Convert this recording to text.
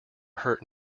hurt